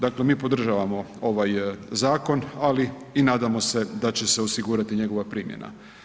Dakle, mi podržavamo ovaj zakon ali i nadamo se da će se osigurati njegova primjena.